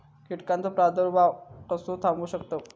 कीटकांचो प्रादुर्भाव कसो थांबवू शकतव?